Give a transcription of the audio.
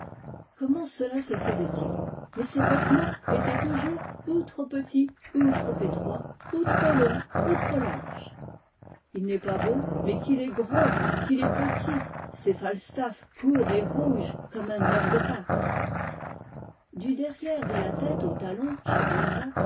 comment cela se faisait-il mais ses vêtements étaient toujours ou trop petits ou trop étroits ou trop longs ou trop larges il n'est pas beau mais qu'il est gros qu'il est petit c'est falstaft court et rouge comme un œuf de pâques du derrière de la tête au talon chez balzac